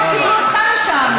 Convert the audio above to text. איך לא קיבלו אותך לשם?